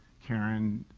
karen,